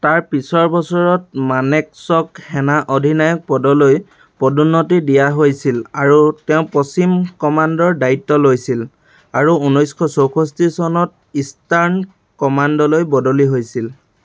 তাৰ পিছৰ বছৰত মানেক্শ্বক সেনা অধিনায়ক পদলৈ পদোন্নতি দিয়া হৈছিল আৰু তেওঁ পশ্চিম কমাণ্ডৰ দায়িত্ব লৈছিল আৰু ঊনৈছশ চৌষষ্ঠি চনত ইষ্টাৰ্ণ কমাণ্ডলৈ বদলি হৈছিল